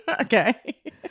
Okay